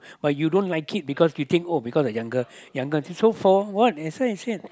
but you don't like it because you think oh because the younger younger so for what that's why I said